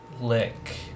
lick